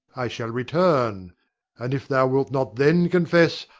i shall return and if thou wilt not then confess,